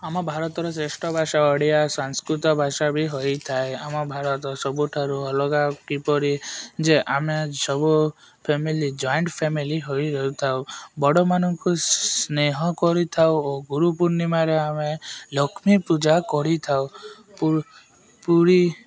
ଆମ ଭାରତର ଶ୍ରେଷ୍ଠ ଭାଷା ଓଡ଼ିଆ ସାଂସ୍କୃତ ଭାଷା ବି ହୋଇଥାଏ ଆମ ଭାରତ ସବୁଠାରୁ ଅଲଗା କିପରି ଯେ ଆମେ ସବୁ ଫ୍ୟାମିଲି ଜଏଣ୍ଟ୍ ଫ୍ୟାମିଲ ହୋଇ ରହିଥାଉ ବଡ଼ମାନଙ୍କୁ ସ୍ନେହ କରିଥାଉ ଓ ଗୁରୁପୂର୍ଣ୍ଣିମାରେ ଆମେ ଲକ୍ଷ୍ମୀ ପୂଜା କରିଥାଉ ପୁରୀ